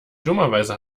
dummerweise